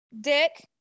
dick